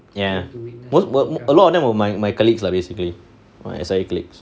ya a lot of them were my my colleagues lah basically my S_I_A colleagues